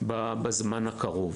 בזמן הקרוב.